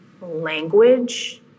language